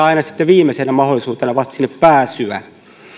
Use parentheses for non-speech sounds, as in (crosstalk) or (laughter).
(unintelligible) aina haetaan vasta viimeisenä mahdollisuutena sinne pääsyä